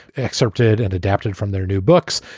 excerpted and adapted from their new books.